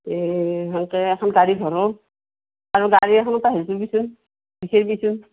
এই তেনকৈ এখন গাড়ী ধৰোঁ আৰু গাড়ী এখন তই হেৰি কৰিবিচোন বিচাৰিবিচোন